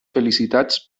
felicitats